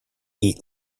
eat